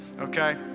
okay